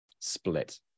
split